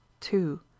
two